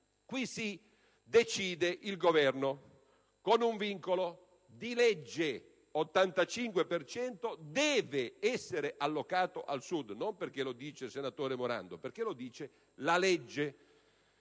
Qui, sì, decide il Governo, con un vincolo di legge: l'85 per cento deve essere allocato al Sud. Non perché lo dice il senatore Morando, ma perché lo dice la legge.